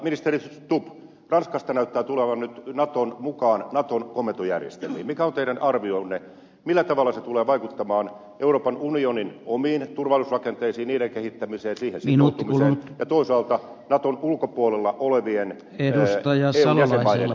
ministeri stubb kun ranska näyttää tulevan nyt naton mukaan naton komentojärjestelmiin niin mikä on teidän arvionne millä tavalla se tulee vaikuttamaan euroopan unionin omiin turvallisuusrakenteisiin niiden kehittämiseen ja siihen sitoutumiseen ja toisaalta naton ulkopuolella olevien eu jäsenmaiden mukanaoloon